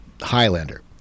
Highlander